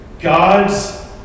God's